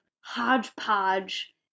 hodgepodge